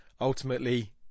ultimately